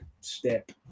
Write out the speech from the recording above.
step